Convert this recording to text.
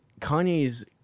kanye's